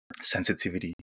sensitivity